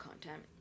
content